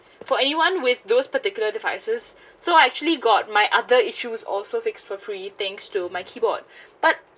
for anyone with those particular devices so I actually got my other issues offer fixed for free thanks to my keyboard but